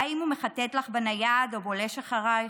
האם הוא מחטט לך בנייד או בולש אחרייך?